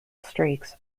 streaks